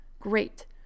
great